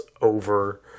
over